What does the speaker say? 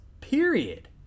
Period